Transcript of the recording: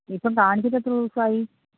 ഇപ്പം കാണിച്ചിട്ട് എത്ര ദിവസമായി